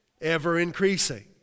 ever-increasing